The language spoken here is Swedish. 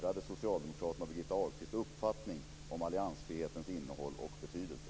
Ahlqvist uppfattning om alliansfrihetens innehåll och betydelse?